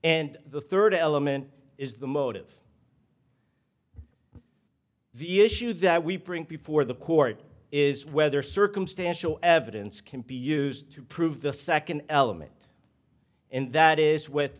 and the third element is the motive the issue that we bring before the court is whether circumstantial evidence can be used to prove the second element and that is w